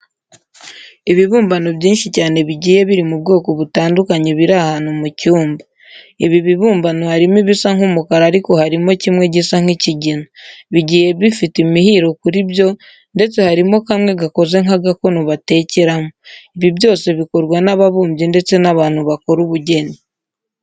Ibibumbano byinshi cyane bigiye biri mu bwoko butandukanye biri ahantu mu cyumba. Ibi bibumbano harimo ibisa nk'umukara ariko harimo kimwe gisa nk'ikigina. Bigiye bifite imihiro kuri byo ndetse harimo kamwe gakoze nk'agakono batekeramo. Ibi byose bikorwa n'ababumbyi ndetse n'abantu bakora ubugeni.